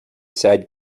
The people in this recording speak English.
said